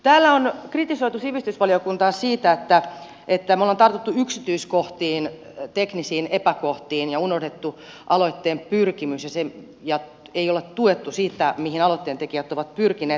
täällä on kritisoitu sivistysvaliokuntaa siitä että me olemme tarttuneet yksityiskohtiin teknisiin epäkohtiin ja unohtaneet aloitteen pyrkimyksen emme ole tukeneet sitä mihin aloitteen tekijät ovat pyrkineet